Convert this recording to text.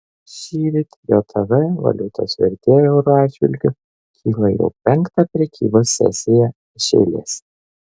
šįryt jav valiutos vertė euro atžvilgiu kyla jau penktą prekybos sesiją iš eilės